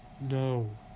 No